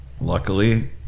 luckily